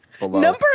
number